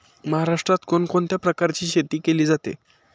महाराष्ट्रात कोण कोणत्या प्रकारची शेती केली जाते?